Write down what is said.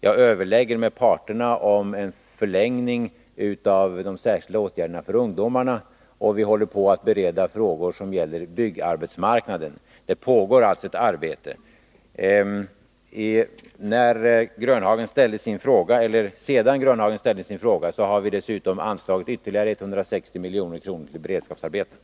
Jag överlägger med parterna om en förlängning av de särskilda åtgärderna för ungdomar, och vi håller på att bereda frågor som gäller byggarbetsmarknaden. Det pågår alltså ett arbete. Sedan herr Grönhagen ställde sin fråga har vi dessutom anslagit ytterligare 160 milj.kr. till beredskapsarbeten.